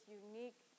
unique